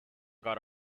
got